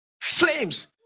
flames